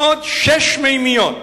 עוד שש מימיות,